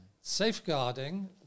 Safeguarding